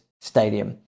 stadium